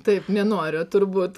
taip nenoriu turbūt